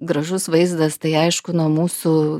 gražus vaizdas tai aišku nuo mūsų